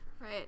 Right